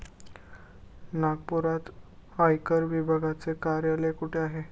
नागपुरात आयकर विभागाचे कार्यालय कुठे आहे?